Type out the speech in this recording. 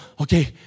okay